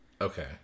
Okay